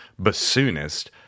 bassoonist